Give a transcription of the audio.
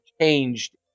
changed